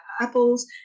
apples